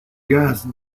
gas